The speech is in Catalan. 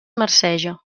marceja